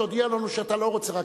תודיע לנו שאתה לא רוצה.